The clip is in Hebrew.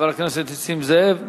חבר הכנסת נסים זאב.